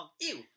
Ew